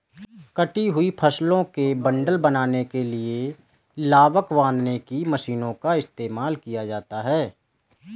कटी हुई फसलों के बंडल बनाने के लिए लावक बांधने की मशीनों का इस्तेमाल किया जाता है